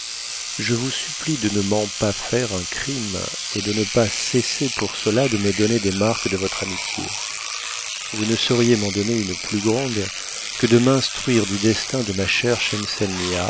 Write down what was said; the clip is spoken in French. je vous supplie de ne m'en pas faire un crime et de ne pas cesser pour cela de me donner des marques de votre amitié vous ne sauriez m'en donner une plus grande que de m'instruire du destin de ma chère